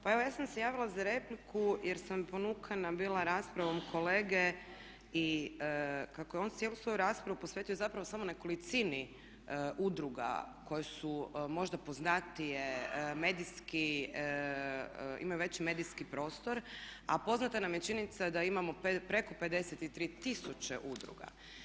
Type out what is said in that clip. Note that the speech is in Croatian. Pa evo ja sam se javila za repliku jer sam ponukana bila raspravom kolege i kako je on cijelu svoju raspravu posvetio zapravo samo nekolicini udruga koje su možda poznatije medijski, imaju veći medijski prostor, a poznata nam je činjenica da imamo preko 53 tisuće udruga.